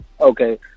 Okay